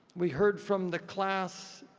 we heard from the class,